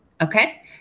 Okay